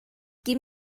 give